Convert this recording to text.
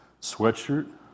sweatshirt